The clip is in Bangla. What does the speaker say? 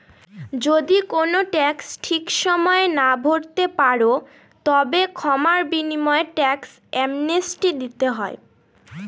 যদি কোনো ট্যাক্স ঠিক সময়ে না ভরতে পারো, তবে ক্ষমার বিনিময়ে ট্যাক্স অ্যামনেস্টি দিতে হয়